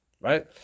Right